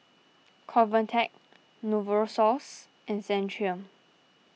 Convatec Novosource and Centrum